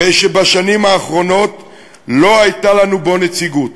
אחרי שבשנים האחרונות לא הייתה לנו בו נציגות,